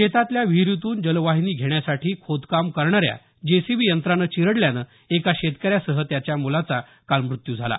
शेतातल्या विहिरीतून जलवाहिनी घेण्यासाठी खोदकाम करणाऱ्या जेसीबी यंत्रानं चिरडल्यानं एका शेतकऱ्यासह त्याचा मुलाचा काल मृत्यु झाला